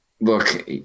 look